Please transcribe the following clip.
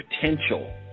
potential